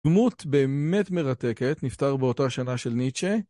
דמות באמת מרתקת, נפטר באותה שנה של ניטשה